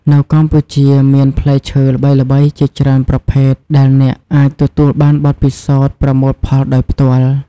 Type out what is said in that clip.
នៅកម្ពុជាមានផ្លែឈើល្បីៗជាច្រើនប្រភេទដែលអ្នកអាចទទួលបានបទពិសោធន៍ប្រមូលផលដោយផ្ទាល់។